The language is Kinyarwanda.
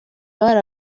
bari